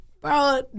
Bro